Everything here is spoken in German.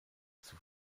zur